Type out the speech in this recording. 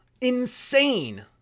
insane